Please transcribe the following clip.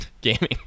gaming